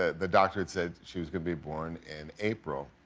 ah the doctor had said she was going to be born in april.